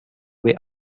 will